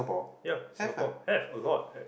ya Singapore have a lot